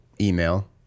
email